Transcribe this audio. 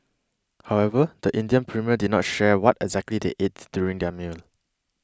however the Indian Premier did not share what exactly they ate during their meal